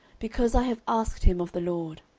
because i have asked him of the lord.